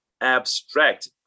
abstract